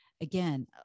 Again